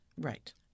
Right